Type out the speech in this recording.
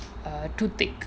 too thick